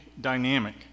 dynamic